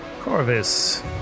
Corvus